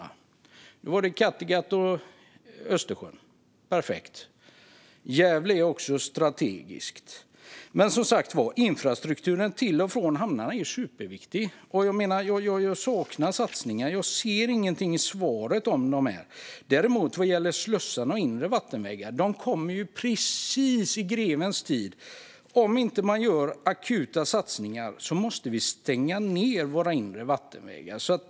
Här handlade det om Kattegatt och Östersjön. Perfekt! Gävle är också strategiskt. Men som sagt var, infrastrukturen till och från hamnarna är superviktig. Jag saknar satsningar. Jag ser ingenting i svaret om detta. Satsningarna på slussar och inre vattenvägar kommer precis i grevens tid. Om man inte gör akuta satsningar måste vi stänga ned våra inre vattenvägar.